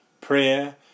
prayer